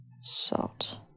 salt